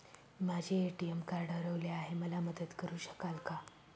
माझे ATM card हरवले आहे, मला मदत करु शकाल का?